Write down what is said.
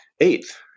eighth